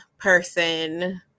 person